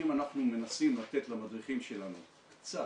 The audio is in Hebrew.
אם אנחנו מנסים לתת למדריכים שלנו קצת,